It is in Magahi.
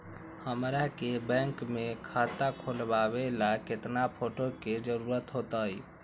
हमरा के बैंक में खाता खोलबाबे ला केतना फोटो के जरूरत होतई?